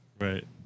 Right